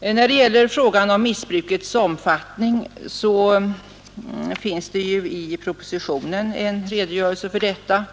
När det gäller frågan om missbrukets omfattning finns det i propositionen en redogörelse för läget.